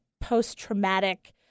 post-traumatic